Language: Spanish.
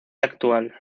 actual